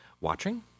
watching